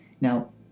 Now